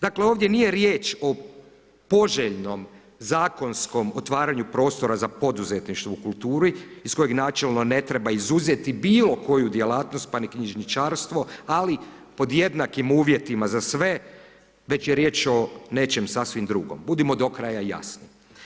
Dakle ovdje nije riječ o poželjnom zakonskom otvaranju prostora za poduzetništvo u kulturi iz kojeg načelno ne treba izuzeti bilo koju djelatnost pa ni knjižničarstvo, ali pod jednakim uvjetima za sve, već je riječ o nečim sasvim drugom, budimo do kraja jasni.